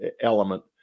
element